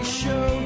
show